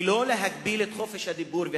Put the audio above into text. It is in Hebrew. ולא להגביל את חופש הדיבור והחשיבה.